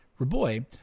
Raboy